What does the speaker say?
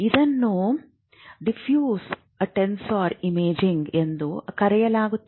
ಇದನ್ನು diffuse tensor imaging ಎಂದು ಕರೆಯಲಾಗುತ್ತದೆ